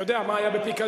אתה יודע מה היה בפיקדון.